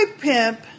pimp